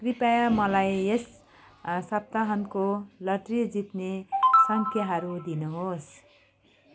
कृपया मलाई यस सप्ताहन्तको लटरी जित्ने सङ्ख्याहरू दिनुहोस्